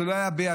זה לא היה בידיה,